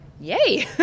yay